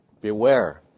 beware